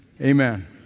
Amen